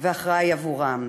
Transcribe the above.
ואחראי עבורם.